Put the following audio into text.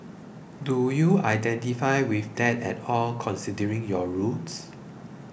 do you identify with that at all considering your roots